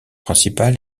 principal